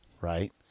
right